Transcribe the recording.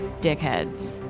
dickheads